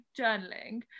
journaling